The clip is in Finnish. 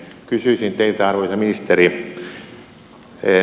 kysyisin teiltä arvoisa ministeri